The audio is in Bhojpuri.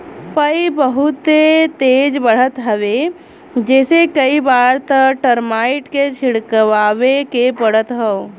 पई बहुते तेज बढ़त हवे जेसे कई बार त टर्माइट के छिड़कवावे के पड़त हौ